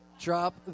Drop